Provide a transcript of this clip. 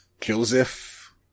Joseph